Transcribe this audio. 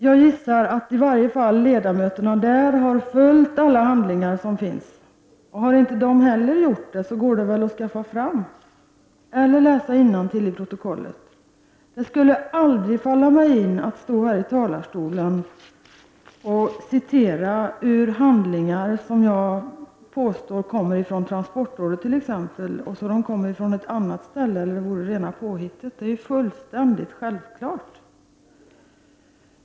Jag gissar att i varje fall de ledamöter som sitter med i transportrådet har läst alla handlingar som finns. Om inte heller de har läst dem, går de väl att skaffa fram, eller så kan de läsa innantill i protokollet. Det skulle aldrig falla mig in att stå här i talarstolen och påstå att jag citerar ur handlingar som kommer från transportrådet när de egentligen kommer någon annanstans ifrån eller helt enkelt är rena påhittet. Detta är ju fullständigt självklart!